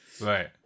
Right